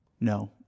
No